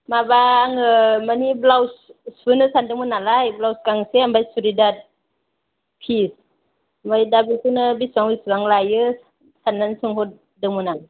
माबा आङो मानि ब्लाउस सुहोनो सानदोंमोन नालाय ब्लाउस गांसे आमफाय सुरिदार फि आमफाय दा बेखौनो बिसिबां बिसिबां लायो साननानै सोंहरदोंमोन आं